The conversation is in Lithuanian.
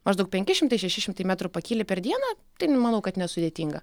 maždaug penki šimtai šeši šimtai metrų pakyli per dieną tai nu manau kad nesudėtinga